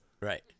Right